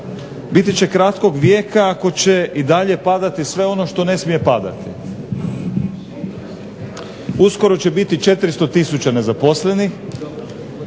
biti će kratkog vijeka ako će i dalje padati sve ono što ne smije padati. Uskoro će biti 400 tisuća nezaposlenih,